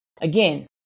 again